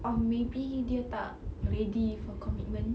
or maybe dia tak ready for commitment